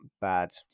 bad